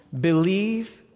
believe